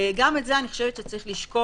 גם את זה צריך לשקול.